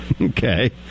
okay